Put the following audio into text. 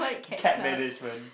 cat management